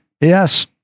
Yes